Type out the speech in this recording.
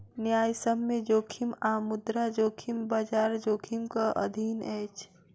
न्यायसम्य जोखिम आ मुद्रा जोखिम, बजार जोखिमक अधीन अछि